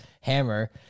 hammer